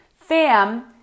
FAM